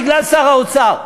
בגלל שר האוצר.